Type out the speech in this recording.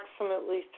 approximately